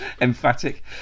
emphatic